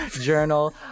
journal